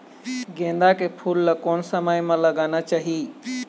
गेंदा के फूल ला कोन समय मा लगाना चाही?